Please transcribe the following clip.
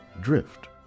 drift